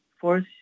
force